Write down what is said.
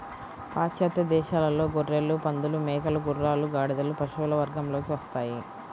పాశ్చాత్య దేశాలలో గొర్రెలు, పందులు, మేకలు, గుర్రాలు, గాడిదలు పశువుల వర్గంలోకి వస్తాయి